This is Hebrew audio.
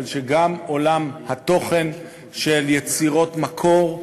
אבל שגם עולם התוכן של יצירות מקור,